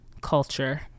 culture